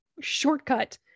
shortcut